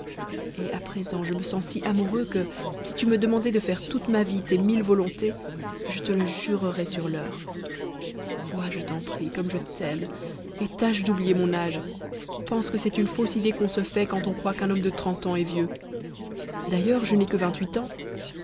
et à présent je me sens si amoureux que si tu me demandais de faire toute ma vie tes mille volontés je te le jurerais sur l'heure vois je t'en prie comme je t'aime et tâche d'oublier mon âge pense que c'est une fausse idée qu'on se fait quand on croit qu'un homme de trente ans est vieux d'ailleurs je n'ai que vingt-huit ans